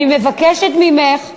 אני מבקשת ממך לסיים.